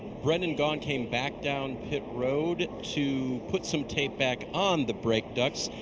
brendan gaughan came back down pit road to put some tape back on the brake duct.